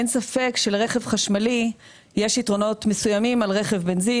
אין ספק שלרכב חשמלי יש יתרונות מסוימים על רכב בנזין,